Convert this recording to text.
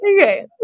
Okay